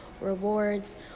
rewards